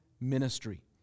ministry